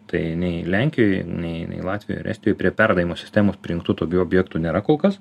tai nei lenkijoj nei nei latvijoj ir estijoj prie perdavimo sistemos prijungtų tokių objektų nėra kol kas